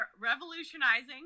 revolutionizing